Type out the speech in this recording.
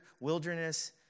wilderness